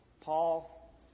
Paul